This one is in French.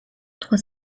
trois